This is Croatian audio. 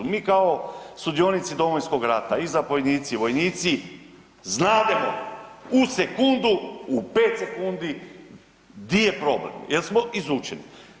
Mi kao sudionici Domovinskog rata i zapovjednici vojnici znademo u sekundu, u pet sekundi di je problem jer smo izučeni.